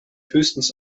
höchstens